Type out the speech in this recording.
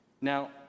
Now